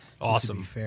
Awesome